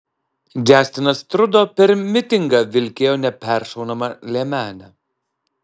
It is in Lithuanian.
džastinas trudo per mitingą vilkėjo neperšaunamą liemenę